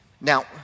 Now